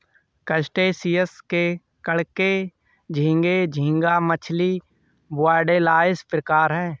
crustaceans में केकड़े झींगे, झींगा मछली, वुडलाइस प्रकार है